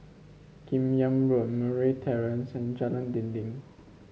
Kim Yam Road Murray Terrace and Jalan Dinding